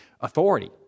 Authority